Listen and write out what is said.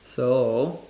so